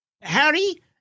Harry